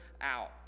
out